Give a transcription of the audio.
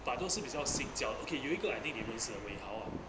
but 都是比较新教 okay 有一个 I think 你认识 wei hao